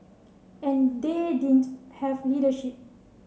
and they didn't have leadership